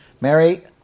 Mary